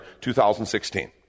2016